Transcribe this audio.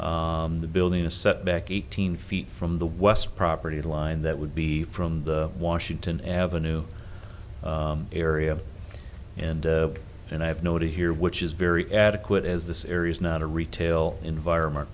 the building a setback eighteen feet from the west property line that would be from the washington avenue area and and i have noted here which is very adequate as this area is not a retail environment